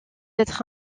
être